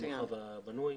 במרחב הבנוי.